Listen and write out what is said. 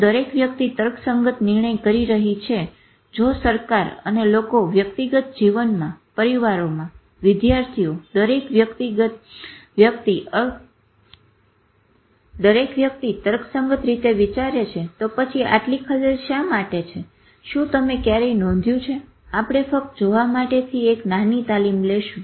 જો દરેક વ્યક્તિ તર્કસંગત નિર્ણયો કરી રહી છે જો સરકાર અને લોકો વ્યક્તિગત જીવનમાં પરિવારોમાં વિદ્યાર્થીઓ દરેક વ્યક્તિ તર્કસંગત રીતે વિચારે છે તો પછી આટલી ખલેલ શા માટે છે શું તમે ક્યારેય નોંધ્યું છે આપણે ફક્ત જોવા માટે થી એક નાની તાલીમ લેશું